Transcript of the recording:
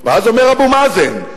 ואז אומר אבו מאזן,